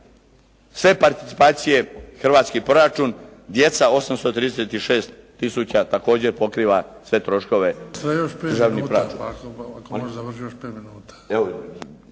sve participacije u hrvatski proračun, djeca 836 tisuća također pokriva sve troškove